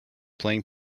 playing